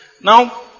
Now